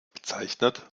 bezeichnet